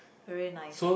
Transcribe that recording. very nice